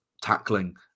tackling